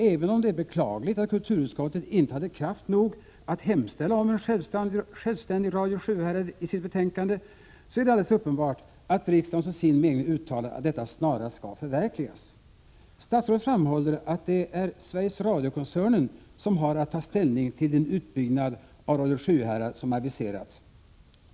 Även om det är beklagligt att kulturutskottet inte hade kraft nog att hemställa om ett självständigt Radio Sjuhärad i sitt betänkande, är det alldeles uppenbart att riksdagen som sin mening uttalat att detta snarast skall förverkligas. Statsrådet framhåller att det är Sveriges Radio-koncernen som har att ta ställning till den utbyggnad av Radio Sjuhärad som har aviserats.